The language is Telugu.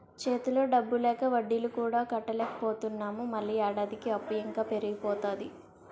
చేతిలో డబ్బు లేక వడ్డీలు కూడా కట్టలేకపోతున్నాము మళ్ళీ ఏడాదికి అప్పు ఇంకా పెరిగిపోతాది